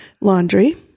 laundry